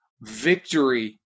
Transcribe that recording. victory